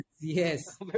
Yes